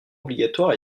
obligatoire